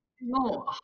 no